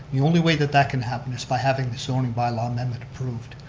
the only way that that can happen is by having the zoning bylaw amendment approved.